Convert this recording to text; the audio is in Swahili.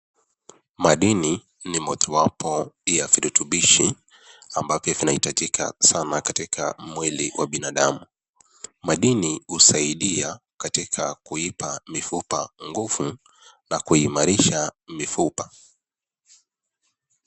Madini ni moja wapo ya virutubishi ambavyo vinahitajika sana katika mwili wa binadamu. Madini husaidia katika kuipa mifupa nguvu na kuimarisha mifupa.